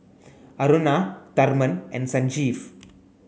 Aruna Tharman and Sanjeev